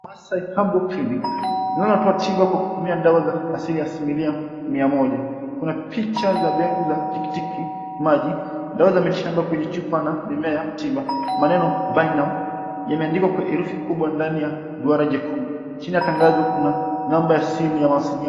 Masai Herbal Clinic, tunatoa tiba kwa kutumia dawa za asili asilimia mia moja. Kuna picha za mbegu za tikitiki, maji, dawa za miti shamba kwenye chupa na mimea tiba. Maneno by now yameandikwa kwa herufi kubwa ndani ya duara jekundu. Chini ya tangazo kuna namba ya simu ya mawasiliano.